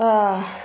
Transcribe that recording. ꯑꯥ